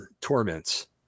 torments